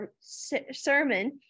sermon